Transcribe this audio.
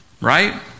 right